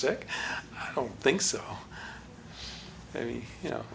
sec i don't think so i mean you know